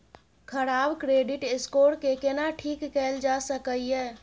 खराब credit score के केना ठीक कैल जा सकै ये?